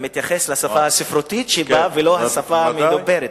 מתייחס לשפה הספרותית שבה ולא השפה המדוברת.